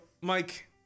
Mike